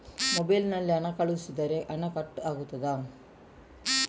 Mobile ನಲ್ಲಿ ಹಣ ಕಳುಹಿಸಿದರೆ ಹಣ ಕಟ್ ಆಗುತ್ತದಾ?